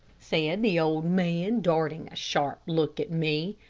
said the old man, darting a sharp look at me.